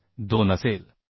72 असेल